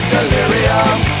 Delirium